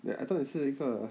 then I thought 你是一个